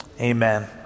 Amen